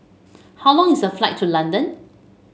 how long is the flight to London